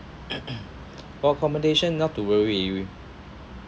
accommodation not to worry we